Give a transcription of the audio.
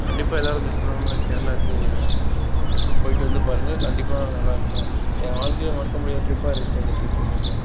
கண்டிப்பாக எல்லாரும் மிஸ் பண்ணாமல் கேரளாவுக்கு ட்ரிப்பு போயிட்டு வந்து பாருங்கள் கண்டிப்பாக நல்லாயிருக்கும் என் வாழ்க்கையில் மறக்க முடியாத ட்ரிப்பாக இருந்துச்சி அந்த ட்ரிப்பு மட்டும்